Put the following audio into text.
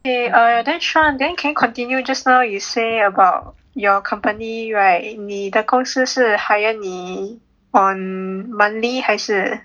eh err then Sean then can you continue just now you say about your company right 你的公司是 hire 你 on monthly 还是